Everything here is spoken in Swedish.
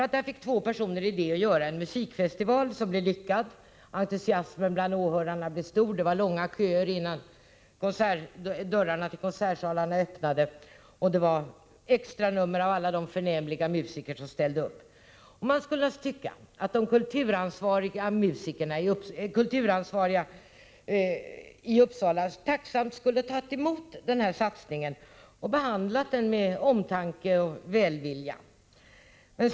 Två personer fick idén att göra en musikfestival, som blev lyckad. Entusiasmen bland åhörarna var stor. Det var långa köer innan dörrarna till konsertsalarna öppnade, och det var extranummer av alla de förnämliga musiker som ställde upp. Man skulle naturligtvis tycka att de kulturansvariga i Uppsala tacksamt borde ha tagit emot den här satsningen och behandlat den med omtanke och välvilja.